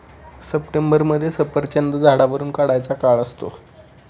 सप्टेंबरमध्ये सफरचंद झाडावरुन काढायचा काळ असतो